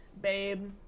babe